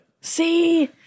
See